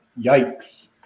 Yikes